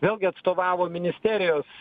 vėlgi atstovavo ministerijos